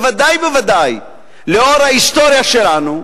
בוודאי ובוודאי לנוכח ההיסטוריה שלנו,